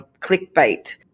clickbait